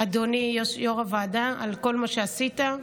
אדוני יו"ר הוועדה, על כל מה שעשית,